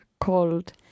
called